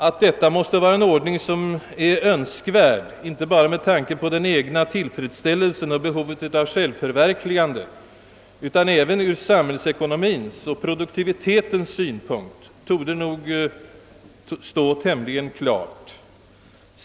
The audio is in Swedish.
Att sådan kompensation måste vara önskvärd inte bara med tanke på den egna tillfredsställelsen och behovet av självförverkligande utan även ur samhällsekonomiens och produktivitetens synpunkt torde nog stå tämligen klart.